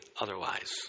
otherwise